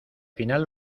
final